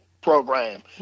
program